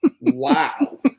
Wow